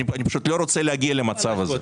אני פשוט לא רוצה להגיע למצב הזה.